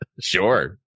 Sure